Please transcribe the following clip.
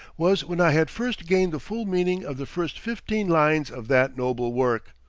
was when i had first gained the full meaning of the first fifteen lines of that noble work.